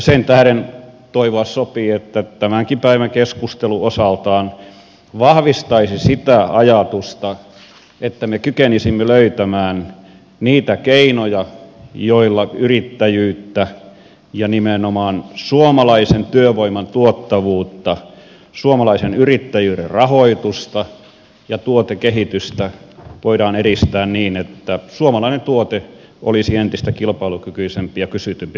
sen tähden toivoa sopii että tämänkin päivän keskustelu osaltaan vahvistaisi sitä ajatusta että me kykenisimme löytämään niitä keinoja joilla yrittäjyyttä ja nimenomaan suomalaisen työvoiman tuottavuutta suomalaisen yrittäjyyden rahoitusta ja tuotekehitystä voidaan edistää niin että suomalainen tuote olisi entistä kilpailukykyisempi ja kysytympi maailmanmarkkinoilla